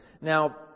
Now